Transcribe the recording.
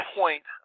point